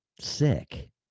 sick